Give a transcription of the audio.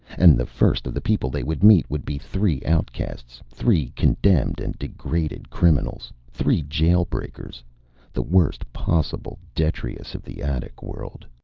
and the first of the people they would meet would be three outcasts, three condemned and degraded criminals, three jail-breakers the worst possible detritus of the attic world.